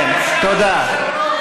תודה.